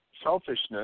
selfishness